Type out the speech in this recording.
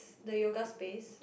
the yoga space